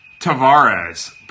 Tavares